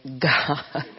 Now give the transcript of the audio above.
God